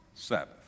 Sabbath